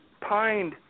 pined